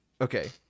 okay